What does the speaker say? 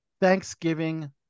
Thanksgiving